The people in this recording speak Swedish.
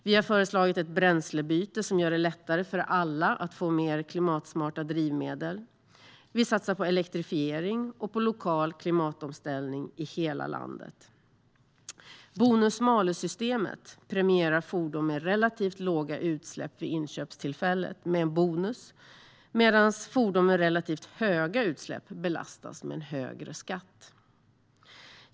Vi har föreslagit ett bränslebyte som gör det lättare för alla att få mer klimatsmarta drivmedel. Vi satsar på elektrifiering och på lokal klimatomställning i hela landet. Bonus-malus-systemet premierar fordon med relativt låga utsläpp vid inköpstillfället med en bonus, medan fordon med relativt höga utsläpp belastas med en högre skatt.